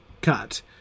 cut